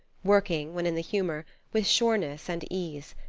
working, when in the humor, with sureness and ease.